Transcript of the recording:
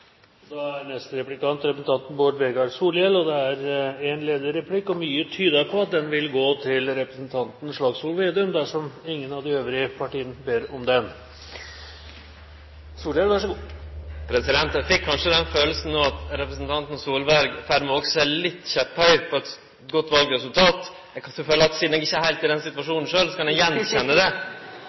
Da er neste replikant representanten Bård Vegar Solhjell. Det er én ledig replikk, og mye tyder på at den vil gå til representanten Slagsvold Vedum, dersom ingen av de øvrige partiene ber om den. Eg fekk den følelsen no at representanten Solberg var i ferd med også å verte litt kjepphøg over eit godt valresultat. Eg føler kanskje at sidan eg ikkje er heilt i den situasjonen sjølv, kan eg kjenne det